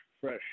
fresh